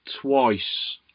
twice